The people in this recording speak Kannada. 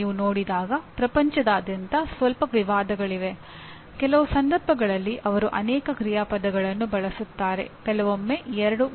ಅವು ಅಧ್ಯಾಯದ ಅಂತ್ಯದಲ್ಲಿ ಬರುವ ಸಮಸ್ಯೆಗಳು ಅಥವ ಪರೀಕ್ಷೆಯ ಸಮಸ್ಯೆಗಳು